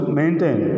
maintain